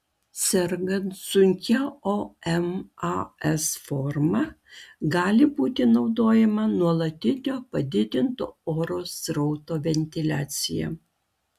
sergant sunkia omas forma gali būti naudojama nuolatinio padidinto oro srauto ventiliacija